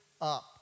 up